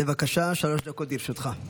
בבקשה, שלוש דקות לרשותך.